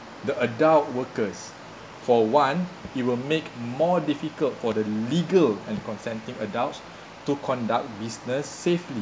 the adult workers for one you will make more difficult for the legal and consenting adults to conduct business safely